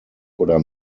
oder